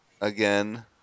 again